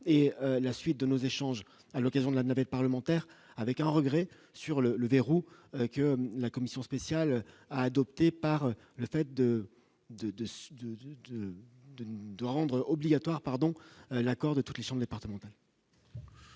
et la suite de nos échanges à l'occasion de la navette parlementaire avec un regret sur le le verrou avec la commission spéciale adoptée par le fait de, de, de, de, de, de rendre obligatoire, pardon, l'accord de toutes les chambres départementales.